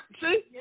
see